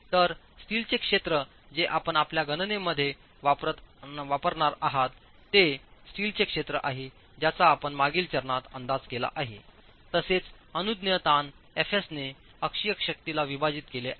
तर स्टीलचे क्षेत्र जे आपण आपल्या गणनेमध्ये वापरणार आहात ते स्टीलचे क्षेत्र आहे ज्याचा आपण मागील चरणात अंदाज केला आहे तसेच अनुज्ञेय ताण Fs ने अक्षीय शक्तीला विभाजित केले आहे